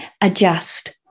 adjust